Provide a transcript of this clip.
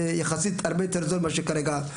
יחסית הרבה יותר זול מאשר כרגע זה עולה.